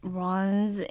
runs